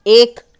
एक